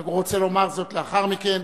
והוא רוצה לומר זאת לאחר מכן.